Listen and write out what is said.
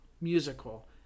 musical